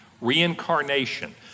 Reincarnation